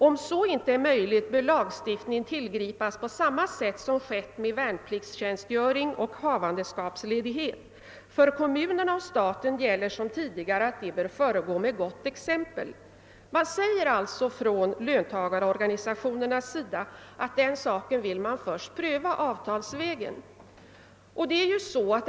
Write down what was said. Om så inte är möjligt bör lagstiftning tillgripas på samma sätt som skett med värnpliktstjänstgöring och havandeskapsledighet. För kommunerna och staten gäller som tidigare att de bör föregå med gott exempel.> Löntagarorganisationerna vill alltså först pröva spörsmålet avtalsvägen.